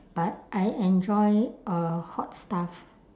but I enjoy uh hot stuff